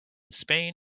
spain